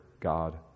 God